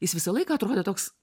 jis visą laiką atrodė toks